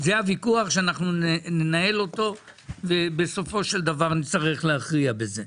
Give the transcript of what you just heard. זה הוויכוח שאנחנו ננהל אותו ובסופו של דבר נצטרך להכריע בזה,